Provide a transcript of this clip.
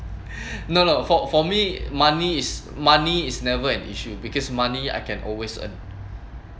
no no for for me money is money is never an issue because money I can always earn